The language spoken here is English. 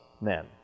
men